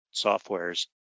softwares